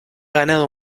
ganado